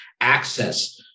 access